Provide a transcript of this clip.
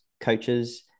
coaches